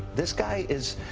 this guy is,